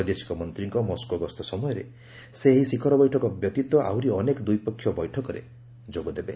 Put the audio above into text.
ବୈଦେଶିକ ମନ୍ତ୍ରୀଙ୍କ ମସ୍କୋ ଗସ୍ତ ସମୟରେ ସେ ଏହି ଶିଖର ବୈଠକ ବ୍ୟତୀତ ଆହୁରି ଅନେକ ଦ୍ୱିପକ୍ଷୀୟ ବୈଠକରେ ଯୋଗଦେବେ